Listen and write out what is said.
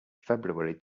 february